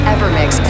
evermix